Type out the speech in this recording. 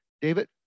David